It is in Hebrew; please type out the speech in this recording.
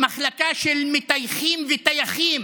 מחלקה של מטייחים וטייחים,